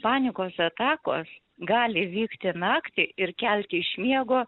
panikos atakos gali vykti naktį ir kelti iš miego